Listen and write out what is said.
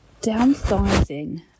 downsizing